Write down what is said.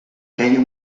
queia